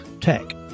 tech